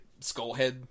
Skullhead